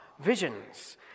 visions